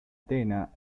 tena